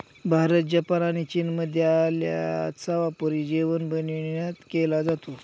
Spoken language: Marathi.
भारत, जपान आणि चीनमध्ये आल्याचा वापर जेवण बनविण्यात केला जातो